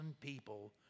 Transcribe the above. people